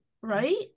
right